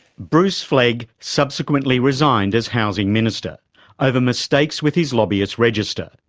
bruce flegg subsequently resigned as housing minister over mistakes with his lobbyist register.